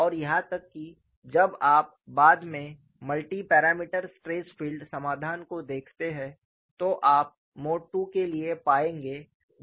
और यहां तक कि जब आप बाद में मल्टी पैरामीटर स्ट्रेस फील्ड समाधान को देखते हैं तो आप मोड II के लिए पाएंगे दूसरा टर्म 0 है